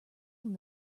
will